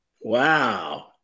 Wow